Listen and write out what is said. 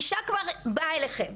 אישה כבר באה אליכם,